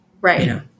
Right